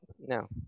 No